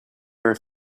ever